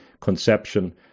conception